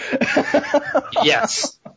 Yes